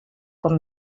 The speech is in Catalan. com